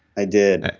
i did.